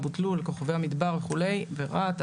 כוכבי המדבר ורהט.